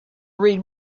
read